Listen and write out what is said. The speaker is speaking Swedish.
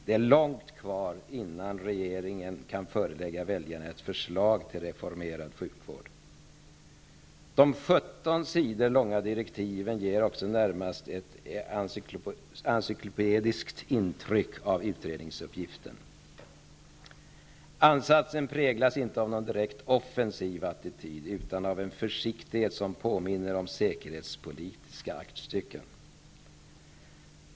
Det är långt kvar innan regeringen kan förelägga väljarna ett förslag till reformerad sjukvård. De sjutton sidor långa direktiven ger också ett närmast encyklopediskt intryck av utredningsuppgiften. Ansatsen präglas inte av någon direkt offensiv attityd, utan av en försiktighet som påminner om säkerhetspolitiska aktstycken.